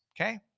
okay